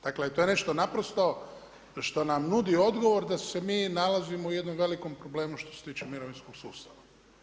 Dakle to je nešto naprosto što nam nudi odgovor da se mi nalazimo u jednom velikom problemu što se tiče mirovinskog sustava.